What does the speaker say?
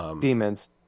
Demons